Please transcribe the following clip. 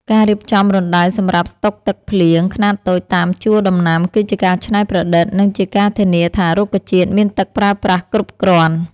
ការរៀបចំរណ្ដៅសម្រាប់ស្តុកទឹកភ្លៀងខ្នាតតូចតាមជួរដំណាំគឺជាការច្នៃប្រឌិត និងជាការធានាថារុក្ខជាតិមានទឹកប្រើប្រាស់គ្រប់គ្រាន់។